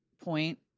point